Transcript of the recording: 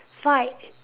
fight